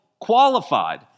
qualified